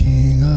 King